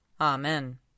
Amen